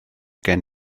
gen